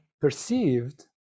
perceived